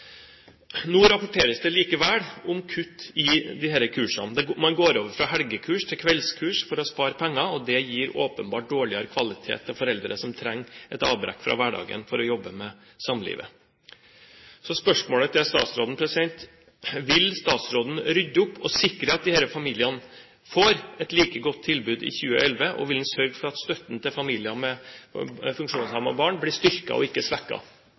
likevel om kutt i disse kursene. Man går over fra helgekurs til kveldskurs for å spare penger, og det gir åpenbart dårligere kvalitet til foreldre som trenger et avbrekk fra hverdagen for å jobbe med samlivet. Så spørsmålet til statsråden er: Vil statsråden rydde opp og sikre at disse familiene får et like godt tilbud i 2011, og vil han sørge for at støtten til familier med funksjonshemmede barn blir styrket og ikke